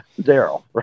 Daryl